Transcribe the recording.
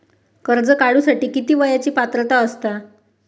कर्ज काढूसाठी किती वयाची पात्रता असता?